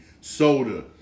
soda